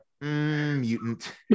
Mutant